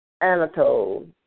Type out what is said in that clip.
anatole